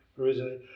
originally